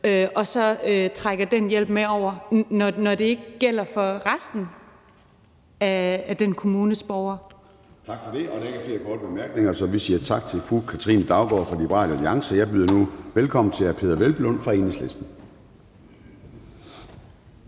og trækker den hjælp med over, når det ikke gælder for resten af den kommunes borgere. Kl. 11:05 Formanden (Søren Gade): Tak for det, og der er ikke flere korte bemærkninger. Så vi siger tak til fru Katrine Daugaard fra Liberal Alliance. Jeg byder nu velkommen til hr. Peder Hvelplund fra Enhedslisten.